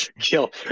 kill